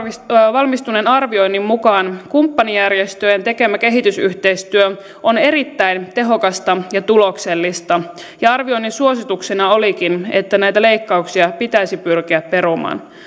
valmistuneen arvioinnin mukaan kumppanijärjestöjen tekemä kehitysyhteistyö on erittäin tehokasta ja tuloksellista ja arvioinnin suosituksena olikin että näitä leikkauksia pitäisi pyrkiä perumaan